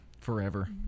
Forever